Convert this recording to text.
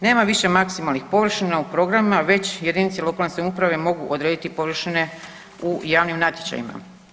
Nema više maksimalnih površina u programima, već jedinice lokalne samouprave mogu odrediti površine u javnim natječajima.